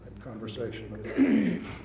conversation